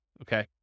okay